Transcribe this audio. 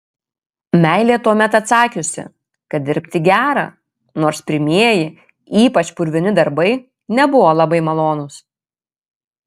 meilė tuomet atsakiusi kad dirbti gera nors pirmieji ypač purvini darbai nebuvo labai malonūs